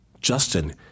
Justin